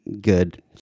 Good